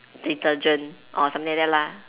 detergent or something like that lah